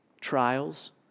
trials